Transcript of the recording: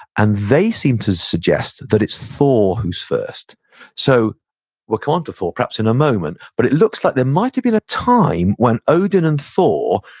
and they seem to suggest that it's thor who's first so we'll come um to thor, perhaps in a moment, but it looks like there might have been a time when odin and thor,